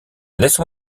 laisse